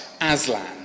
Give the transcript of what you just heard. Aslan